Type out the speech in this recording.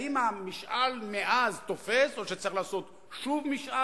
האם המשאל מאז תופס או שצריך לעשות שוב משאל?